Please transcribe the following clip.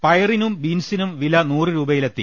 പയറിനും ബീൻസിനും വില നൂറ് രൂപയിലെത്തി